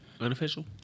Unofficial